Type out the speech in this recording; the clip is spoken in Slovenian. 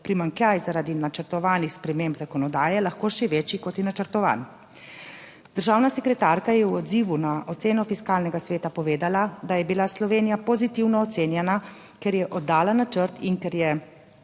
primanjkljaj zaradi načrtovanih sprememb zakonodaje lahko še večji, kot je načrtovan. Državna sekretarka je v odzivu na oceno Fiskalnega sveta povedala, da je bila Slovenija pozitivno ocenjena, ker je oddala načrt in ker se